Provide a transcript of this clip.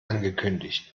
angekündigt